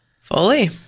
Fully